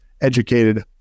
educated